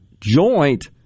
Joint